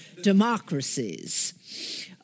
democracies